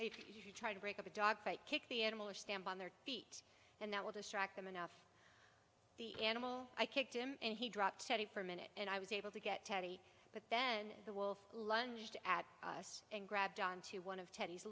if you try to break up a dog fight kick the animal or stand on their feet and that will distract them enough the animal i kicked him and he dropped for minute and i was able to get teddy but then the wolf lunged at us and grabbed onto one of